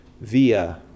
via